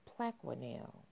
Plaquenil